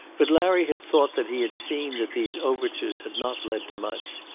but larry had thought that he had seen that these overtures had not led to much,